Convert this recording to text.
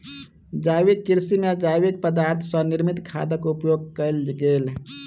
जैविक कृषि में जैविक पदार्थ सॅ निर्मित खादक उपयोग कयल गेल